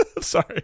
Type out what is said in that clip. Sorry